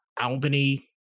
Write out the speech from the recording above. Albany